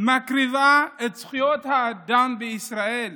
מקריבה את זכויות האדם בישראל.